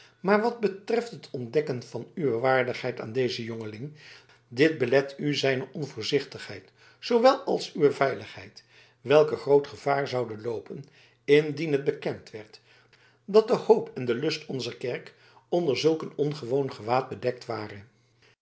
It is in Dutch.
maar wat betreft het ontdekken van uwe waardigheid aan dezen jongeling dit belet u zijne onvoorzichtigheid zoowel als uwe veiligheid welke groot gevaar zoude loopen indien het bekend werd dat de hoop en de lust onzer kerk onder zulk een ongewoon gewaad bedekt waren